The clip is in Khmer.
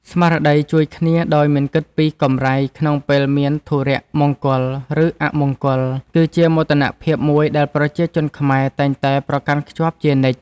ស្មារតីជួយគ្នាដោយមិនគិតពីកម្រៃក្នុងពេលមានធុរៈមង្គលឬអមង្គល គឺជាមោទនភាពមួយដែលប្រជាជនខ្មែរតែងតែប្រកាន់ខ្ជាប់ជានិច្ច។